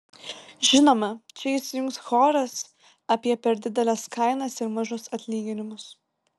žinoma čia įsijungs choras apie per dideles kainas ir mažus atlyginimus